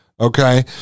okay